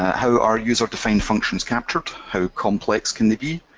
how are user-defined functions captured? how complex can they be,